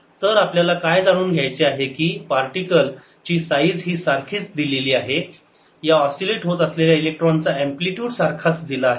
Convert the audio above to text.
तर आपल्याला काय जाणून घ्यायचे आहे की पार्टिकल ची साईज ही सारखीच दिलेली आहे या ऑस्सीलेट होत असलेल्या इलेक्ट्रॉनचा अँप्लिटयूड सारखाच दिला आहे